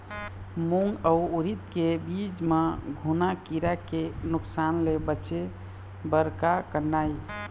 मूंग अउ उरीद के बीज म घुना किरा के नुकसान ले बचे बर का करना ये?